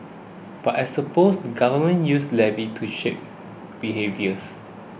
but I suppose the government uses levies to shape behaviours